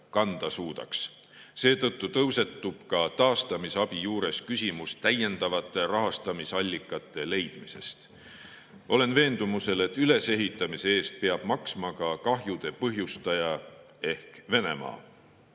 Seetõttu tõusetub ka taastamisabi juures küsimus täiendavate rahastamisallikate leidmisest. Olen veendumusel, et ülesehitamise eest peab maksma ka kahjude põhjustaja ehk Venemaa.